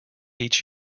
each